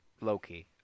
Loki